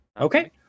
Okay